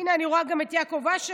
הינה, אני רואה גם את יעקב אשר.